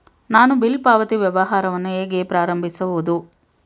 ನಾನು ಬಿಲ್ ಪಾವತಿ ವ್ಯವಹಾರವನ್ನು ಹೇಗೆ ಪ್ರಾರಂಭಿಸುವುದು?